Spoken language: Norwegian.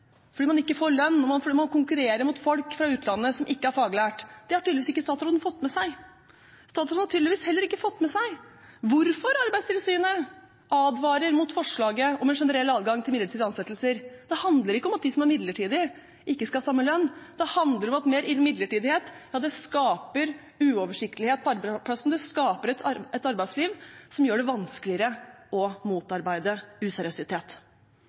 fordi de ikke får lønn, fordi de konkurrerer mot folk fra utlandet som ikke er faglært. Det har tydeligvis ikke statsråden fått med seg. Statsråden har tydeligvis heller ikke fått med seg hvorfor Arbeidstilsynet advarer mot forslaget om en generell adgang til midlertidige ansettelser. Det handler ikke om at de som er midlertidig ansatt, ikke skal ha samme lønn, det handler om at mer midlertidighet skaper uoversiktlighet på arbeidsplassene, det skaper et arbeidsliv som gjør det vanskeligere å motarbeide useriøsitet.